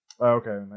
Okay